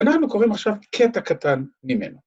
‫ואנחנו קוראים עכשיו קטע קטן ממנו.